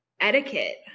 etiquette